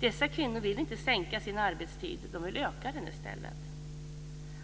Dessa kvinnor vill inte sänka sin arbetstid, de vill öka den i stället.